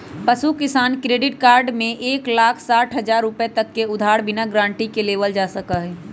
पशु किसान credit card में एक लाख साठ हजार रुपए तक के उधार बिना गारंटी के लेबल जा सका हई